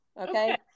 Okay